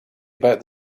about